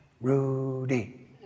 Rudy